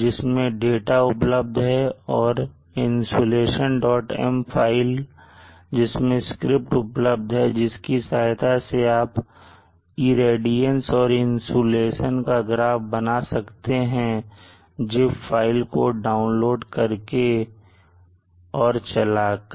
जिसमें डाटा उपलब्ध है और insolationm फाइल जिसमें स्क्रिप्ट उपलब्ध है जिसकी सहायता से आप रेडियंस और इंसुलेशन का ग्राफ बना सकते हैं ज़िप फाइल को डाउनलोड करके और चला कर